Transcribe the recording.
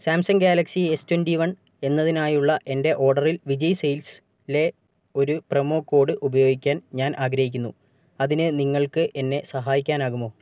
Samsung Galaxy S twenty one എന്നതിനായുള്ള എൻ്റെ ഓർഡറിൽ വിജയ് സെയിൽസിലെ ഒരു പ്രൊമോ കോഡ് ഉപയോഗിക്കാൻ ഞാൻ ആഗ്രഹിക്കുന്നു അതിന് നിങ്ങൾക്ക് എന്നെ സഹായിക്കാനാകുമോ